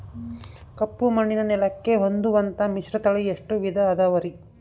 ಕಪ್ಪುಮಣ್ಣಿನ ನೆಲಕ್ಕೆ ಹೊಂದುವಂಥ ಮಿಶ್ರತಳಿ ಎಷ್ಟು ವಿಧ ಅದವರಿ?